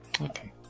Okay